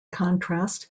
contrast